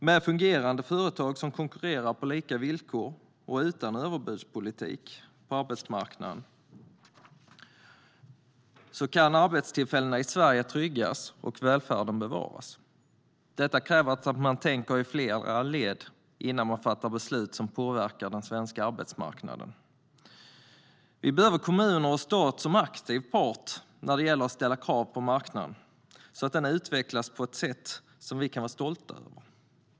Med fungerande företag som konkurrerar på lika villkor och utan överbudspolitik på arbetsmarknaden kan arbetstillfällena i Sverige tryggas och välfärden bevaras. Detta kräver att man tänker i flera led innan man fattar beslut som påverkar den svenska arbetsmarknaden. Vi behöver kommuner och stat som aktiv part när det gäller att ställa krav på marknaden, så att den utvecklas på ett sätt som vi kan vara stolta över.